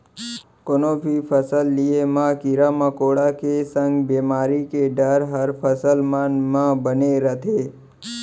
कोनो भी फसल लिये म कीरा मकोड़ा के संग बेमारी के डर हर फसल मन म बने रथे